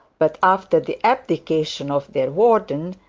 but after the abdication of their warden,